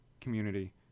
community